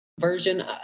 version